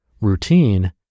routine